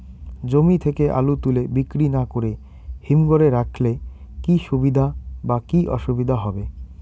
জমি থেকে আলু তুলে বিক্রি না করে হিমঘরে রাখলে কী সুবিধা বা কী অসুবিধা হবে?